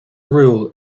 rule